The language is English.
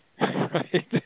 right